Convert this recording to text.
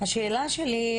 השאלה שלי,